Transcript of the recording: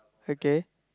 okay